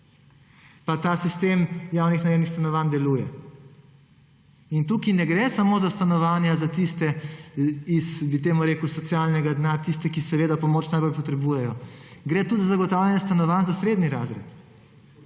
pa ta sistem javnih najemnih stanovanj deluje. Tukaj ne gre samo za stanovanja za tiste iz, bi temu rekel, socialnega dna, tiste, ki seveda pomoč najbolj potrebujejo, gre tudi za zagotavljanje stanovanj za srednji razred,